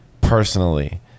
personally